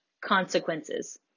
consequences